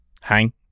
Hang